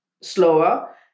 slower